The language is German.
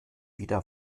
wieder